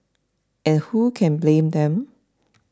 and who can blame them